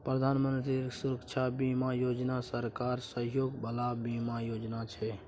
प्रधानमंत्री सुरक्षा बीमा योजना सरकारी सहयोग बला बीमा योजना छै